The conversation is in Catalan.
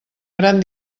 gran